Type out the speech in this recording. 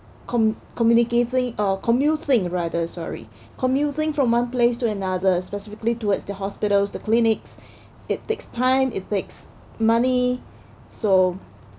com~ communicating uh commuting rather sorry commuting from one place to another specifically towards the hospitals the clinics it takes time it takes money so